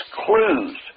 clues